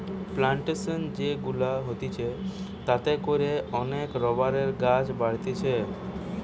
plantation যে গুলা হতিছে তাতে করে অনেক রাবারের গাছ বাড়তিছে